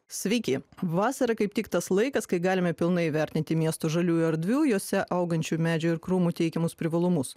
sveiki vasara kaip tik tas laikas kai galime pilnai įvertinti miestų žaliųjų erdvių jose augančių medžių ir krūmų teikiamus privalumus